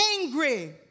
angry